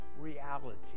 reality